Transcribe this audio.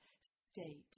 state